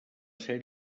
ser